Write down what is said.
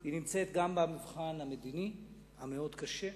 היא נמצאת גם במבחן המדיני, המאוד קשה,